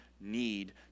need